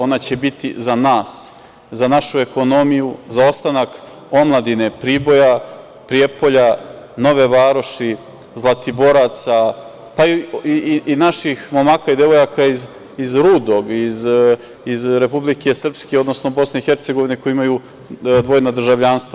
Ona će biti za nas, za našu ekonomiju, za ostanak omladine Priboja, Prijepolja, Nove Varoši, Zlatiboraca, pa i naših momaka i devojaka iz Rudog, iz Republike Srpske, odnosno Bosne i Hercegovine koji imaju dvojna državljanstva.